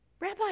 Rabbi